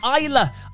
Isla